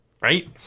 right